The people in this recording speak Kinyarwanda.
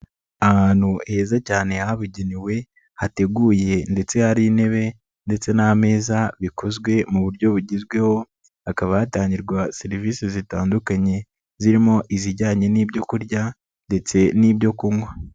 Ahantu heza cyane hahabugenewe, hateguye ndetse hari intebe ndetse n'ameza bikozwe mu buryo bugezweho, hakaba hatangirwa serivisi zitandukanye zirimo izijyanye n'ibyo kurya ndetse n'ibyo kunywa.